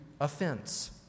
offense